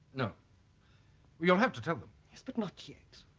no you'll have to tell them. yes but not yet.